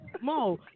Mo